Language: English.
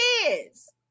kids